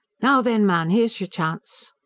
now then, man, here's your chance!